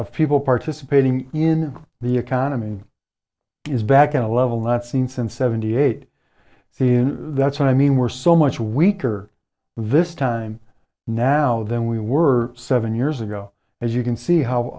of people participating in the economy is back in a level not seen since seventy eight feet that's what i mean we're so much weaker this time now than we were seven years ago as you can see how